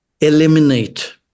eliminate